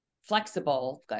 Flexible